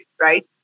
right